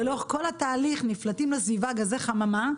ולאורך כל התהליך נפלטים לסביבה גזי חממה,